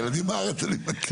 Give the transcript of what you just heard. ילדים בארץ, זה אני מכיר.